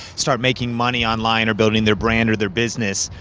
start making money online or building their brand or their business,